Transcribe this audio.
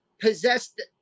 possessed